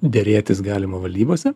derėtis galima valdybose